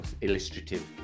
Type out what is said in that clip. illustrative